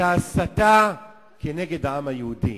את ההסתה כנגד העם היהודי.